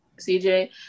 CJ